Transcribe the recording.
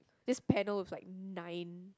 this panel is like nine